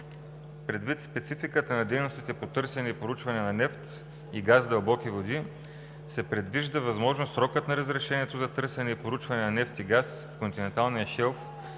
Предвид спецификата на дейностите по търсене и проучване на нефт и газ в дълбоки води, се предвижда възможност срокът на разрешението за търсене и проучване на нефт и газ в континенталния шелф